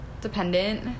dependent